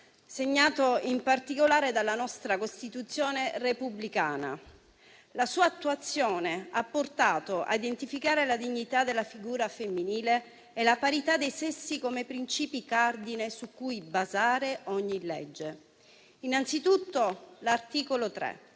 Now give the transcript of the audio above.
segnato in particolare dalla nostra Costituzione repubblicana. La sua attuazione ha portato a identificare la dignità della figura femminile e la parità dei sessi come principi cardine su cui basare ogni legge. Innanzitutto, secondo l'articolo 3,